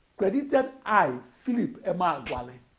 credited i philip emeagwali